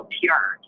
pure